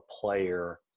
player